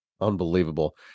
unbelievable